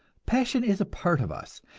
passion is a part of us,